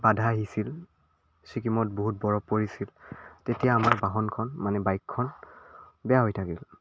বাধা আহিছিল ছিকিমত বহুত বৰফ পৰিছিল তেতিয়া আমাৰ বাহনখন মানে বাইকখন বেয়া হৈ থাকিল